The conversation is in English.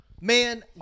Man